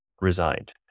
resigned